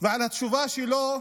והתשובה שלו,